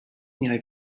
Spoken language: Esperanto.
niaj